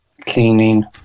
cleaning